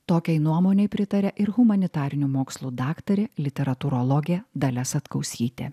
tokiai nuomonei pritaria ir humanitarinių mokslų daktarė literatūrologė dalia satkauskytė